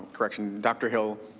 um corrected and dr. hill,